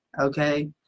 okay